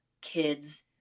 kids